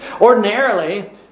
Ordinarily